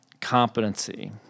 competency